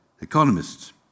economists